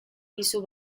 dizu